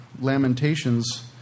Lamentations